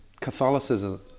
Catholicism